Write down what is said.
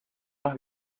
más